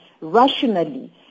rationally